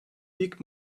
ilk